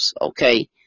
okay